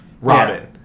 Robin